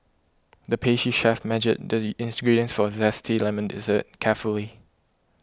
the pastry chef measured the ingredients for a Zesty Lemon Dessert carefully